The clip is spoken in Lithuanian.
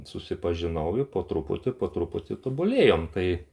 susipažinau ir po truputį po truputį tobulėjam tai